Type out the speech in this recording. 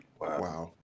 Wow